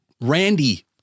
Randy